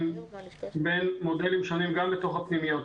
בין מודלים שונים גם בתוך הפנימיות.